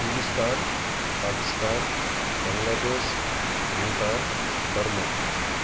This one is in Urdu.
Hindustan Pakistan Bangladesh Bhutan Burma